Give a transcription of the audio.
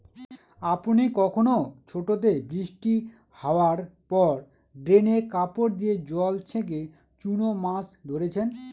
আপনি কখনও ছোটোতে বৃষ্টি হাওয়ার পর ড্রেনে কাপড় দিয়ে জল ছেঁকে চুনো মাছ ধরেছেন?